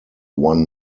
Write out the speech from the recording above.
one